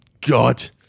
God